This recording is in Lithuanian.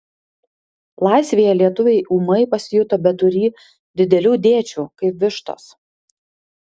laisvėje lietuviai ūmai pasijuto beturį didelių dėčių kaip vištos